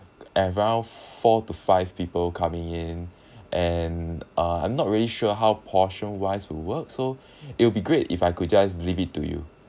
around four to five people coming in and uh I'm not really sure how portion wise would work so it will be great if I could just leave it to you